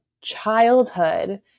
childhood